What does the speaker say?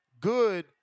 Good